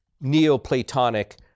Neoplatonic